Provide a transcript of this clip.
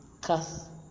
cause